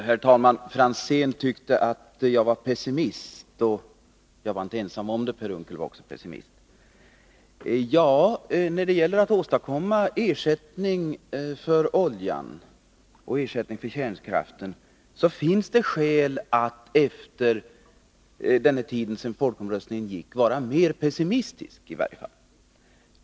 Herr talman! Ivar Franzén tyckte att jag var pessimist, och jag var inte ensam om det — Per Unckel var också pessimist. Ja, när det gäller att åstadkomma ersättning för oljan och kärnkraften har det under den tid som gått sedan folkomröstningen uppstått skäl att vara i varje fall mer pessimistisk.